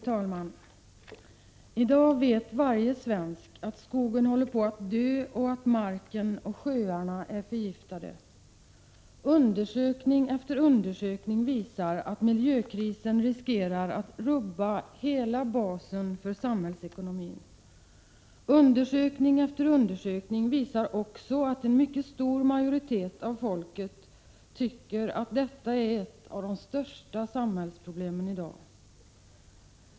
Fru talman! I dag vet varje svensk att skogen håller på att dö och att marken och sjöarna är förgiftade. Undersökning efter undersökning visar att miljökrisen riskerar att rubba hela basen för samhällsekonomin. Undersökning efter undersökning visar också att en mycket stor majoritet av folket tycker att detta är ett av de största samhällsproblemen i dag.